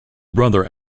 brother